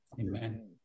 Amen